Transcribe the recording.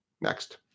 Next